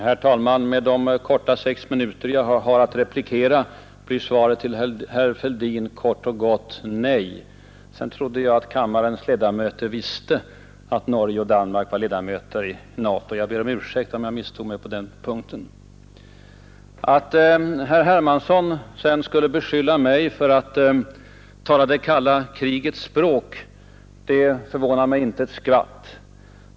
Herr talman! Med hänsyn till den korta tid, sex minuter, som jag har till förfogande för replik blir svaret på herr Fälldins fråga kort och gott: Nej! Jag trodde för övrigt att kammarens ledamöter visste att Norge och Danmark är medlemmar av NATO. Jag ber om ursäkt om jag misstog mig på den punkten. Att herr Hermansson sedan skulle beskylla mig för att tala det kalla krigets språk förvånar mig inte ett skvatt.